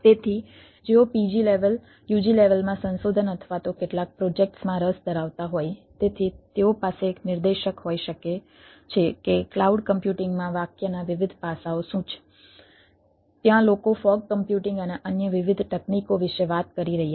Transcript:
તેથી જેઓ pg level ug લેવલમાં સંશોધન અથવા તો કેટલાક પ્રોજેક્ટ્સ અને અન્ય વિવિધ તકનીકો વિશે વાત કરી રહ્યા છે